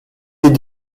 des